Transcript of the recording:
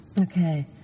Okay